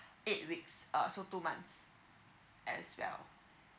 eight weeks uh so two months as well